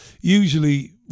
usually